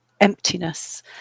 emptiness